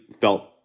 felt